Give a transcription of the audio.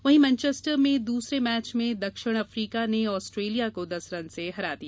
वहीं मैनचेस्टर में दूसरे मैच में दक्षिण अफ्रीका ने ऑस्ट्रेलिया को दस रन से हराया